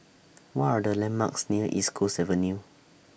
What Are The landmarks near East Coast Avenue